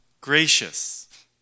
gracious